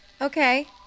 Okay